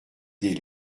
des